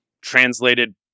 translated